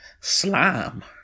slime